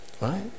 right